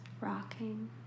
rocking